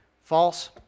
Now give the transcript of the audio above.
false